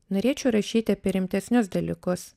norėčiau rašyti apie rimtesnius dalykus